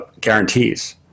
guarantees